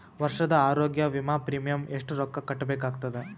ವರ್ಷದ ಆರೋಗ್ಯ ವಿಮಾ ಪ್ರೀಮಿಯಂ ಎಷ್ಟ ರೊಕ್ಕ ಕಟ್ಟಬೇಕಾಗತದ?